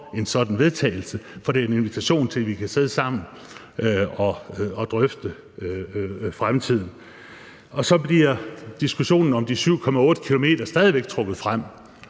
en sådan vedtagelse, for det er en invitation til, at vi kan sidde sammen og drøfte fremtiden. Så bliver diskussionen om de 7,8 km stadig væk trukket frem.